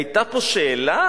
היתה פה שאלה?